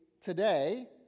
today